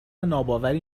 ناباوری